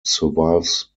survives